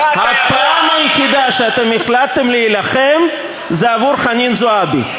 הפעם היחידה שהחלטתם להילחם זה עבור חנין זועבי.